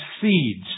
seeds